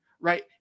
right